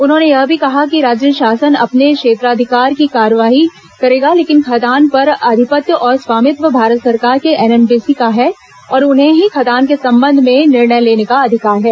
उन्होंने यह भी कहा कि राज्य शासन अपने क्षेत्राधिकार की कार्रवाई करेगा लेकिन खदान पर आधिपत्य और स्वामित्व भारत सरकार के एनएमडीसी का है और उन्हें ही खदान के संबंध में कोई भी निर्णय लेने का अधिकार है